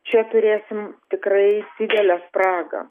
čia turėsim tikrai didelę spragą